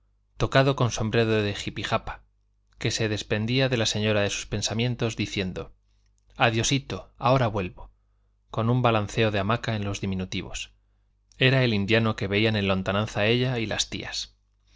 tocado con sombrero de jipijapa que se despedía de la señora de sus pensamientos diciendo adiosito ahorita vuelvo con un balanceo de hamaca en los diminutivos era el indiano que veían en lontananza ella y las tías